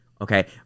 Okay